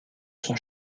son